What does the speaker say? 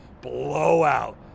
blowout